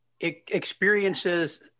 Experiences